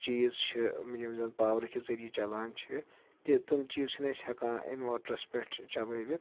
چیٖز چھِ یِم زَن پاورٕکۍ ذٔریعہِ چلان چھِ تہِ تِم چیٖز چھِنہٕ أسۍ ہیٚکان اِنوٲرٹرَس پٮ۪ٹھ چلٲیِتھ